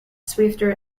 swifter